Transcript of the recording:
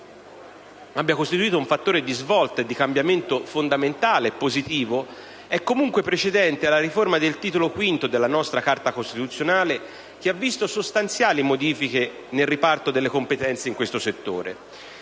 abbia costituito un fattore di svolta e di cambiamento fondamentale positivo, è comunque precedente alla riforma del Titolo V della Parte II dellanostra Carta costituzionale, la quale ha visto sostanziali modifiche nel riparto delle competenze in questo settore.